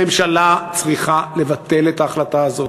הממשלה צריכה לבטל את ההחלטה הזאת.